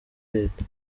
leta